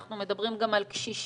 אנחנו מדברים גם על קשישים.